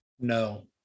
No